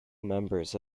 members